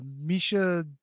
Misha